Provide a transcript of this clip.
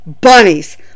Bunnies